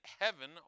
heaven